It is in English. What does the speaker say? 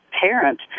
parent